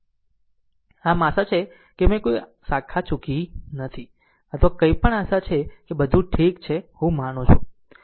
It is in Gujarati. આમ આશા છે કે મેં કોઈ શાખા ચૂકી નથી અથવા કંઈપણ આશા છે કે બધું ઠીક છે હું માનું છું